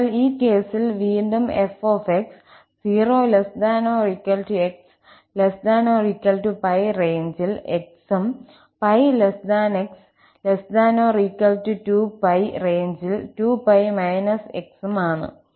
അതിനാൽ ഈ കേസിൽ വീണ്ടും f 𝑥 0 ≤ 𝑥 ≤ 𝜋 റേഞ്ചിൽ x ഉം 𝜋 𝑥 ≤ 2𝜋 റേഞ്ചിൽ 2𝜋 − 𝑥 ഉം ആണ്